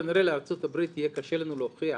כנראה בארצות הברית יהיה קשה לנו להוכיח